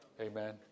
Amen